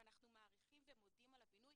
ואנחנו מעריכים ומודים על הבינוי.